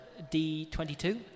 D22